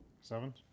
Seven